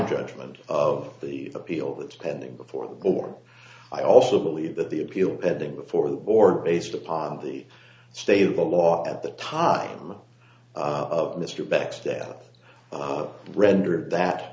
judgment of the appeal that pending before the court i also believe that the appeal pending before the board based upon the state of the law at the time of mr backstab rendered that